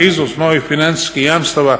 izvoz novih financijskih jamstava